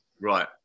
Right